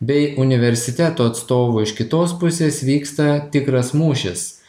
bei universiteto atstovų iš kitos pusės vyksta tikras mūšis